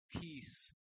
peace